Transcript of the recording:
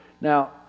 Now